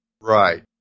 Right